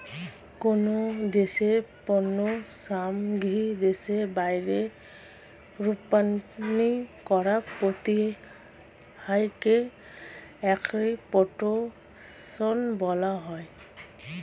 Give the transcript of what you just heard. কোন দেশের পণ্য সামগ্রী দেশের বাইরে রপ্তানি করার প্রক্রিয়াকে এক্সপোর্টেশন বলা হয়